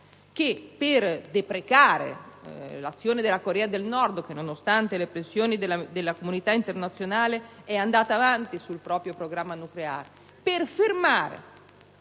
che, per deprecare l'azione della Corea del Nord che, nonostante le pressioni della comunità internazionale, è andata avanti sul proprio programma nucleare, per fermare